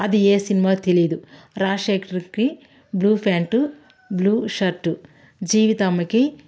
అది ఏ సినిమా తెలీదు రాజశేఖర్కి blue pant blue shirt Jeevitha అమ్మకి